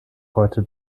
heute